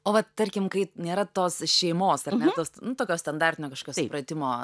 o va tarkim kai nėra tos šeimos ar ne tos tokio standartinio kažkokio supratimo